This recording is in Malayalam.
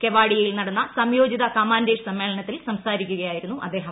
കെവാഡിയയിൽ നടന്ന സംയോജിത കമാൻഡേഴ്സ് സമ്മേളനത്തിൽ സംസാരിക്കുകയായിരുന്നു അദ്ദേഹം